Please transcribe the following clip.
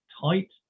tight